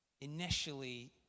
initially